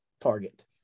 target